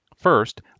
First